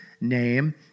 name